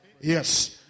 Yes